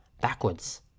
backwards